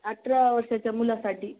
अठरा वर्षाच्या मुलासाठी